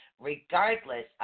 regardless